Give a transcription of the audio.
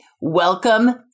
Welcome